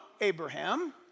Abraham